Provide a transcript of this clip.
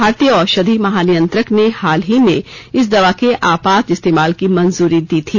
भारतीय औषधि महानियंत्रक ने हाल ही में इस दवा के आपात इस्तेमाल की मंजूरी दी थी